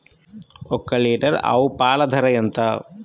ఒక్క లీటర్ ఆవు పాల ధర ఎంత?